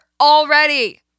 already